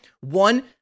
one